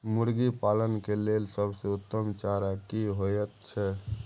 मुर्गी पालन के लेल सबसे उत्तम चारा की होयत छै?